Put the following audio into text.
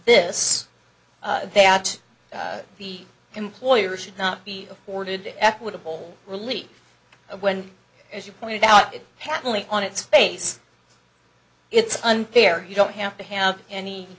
this they out the employer should not be afforded equitable relief when as you pointed out it patently on its face it's unfair you don't have to have any